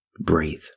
breathe